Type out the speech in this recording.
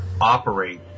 operate